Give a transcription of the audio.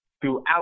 throughout